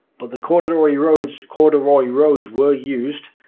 but the corduroy roads corduroy roads were used,